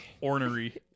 Ornery